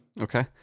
Okay